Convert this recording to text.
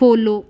follow